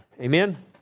Amen